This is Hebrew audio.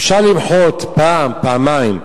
אפשר למחות פעם אחת, פעמיים,